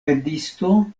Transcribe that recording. vendisto